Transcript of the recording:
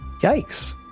Yikes